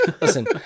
Listen